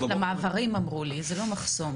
מעברים אמרו לי, זה לא מחסום.